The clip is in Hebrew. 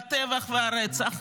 והטבח והרצח,